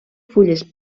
fulles